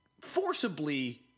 forcibly